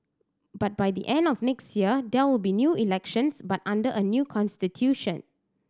but by the end of next year there will be new elections but under a new constitution